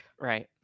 right